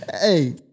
Hey